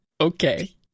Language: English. Okay